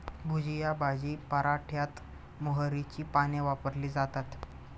भुजिया भाजी पराठ्यात मोहरीची पाने वापरली जातात